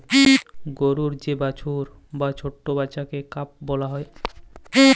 গরুর যে বাছুর বা ছট্ট বাচ্চাকে কাফ ব্যলা হ্যয়